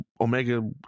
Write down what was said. Omega